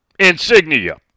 Insignia